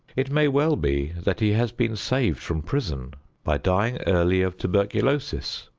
it may well be that he has been saved from prison by dying early of tuberculosis.